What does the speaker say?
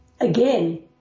Again